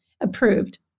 approved